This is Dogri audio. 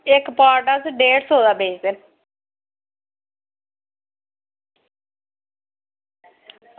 इक पाट अस डेढ सौ दा बेचदे न